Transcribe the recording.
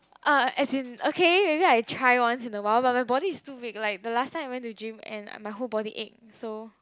uh as in okay and then I try once in awhile but my body is too weak like the last time I went to gym and my whole body ache so